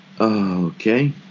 Okay